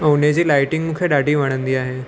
ऐं हुनजी लाइटिंग मूंखे ॾाढी वणंदी आहे